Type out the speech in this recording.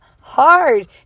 hard